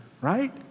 right